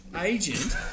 agent